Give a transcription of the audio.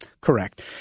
Correct